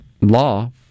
law